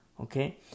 okay